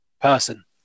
person